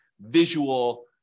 visual